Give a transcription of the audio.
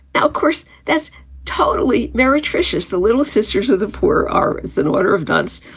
ah of course, that's totally meretricious. the little sisters of the poor are as an order of nuns,